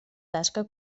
tasca